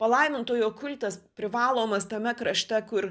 palaimintojo kultas privalomas tame krašte kur